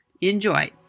Enjoy